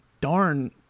darn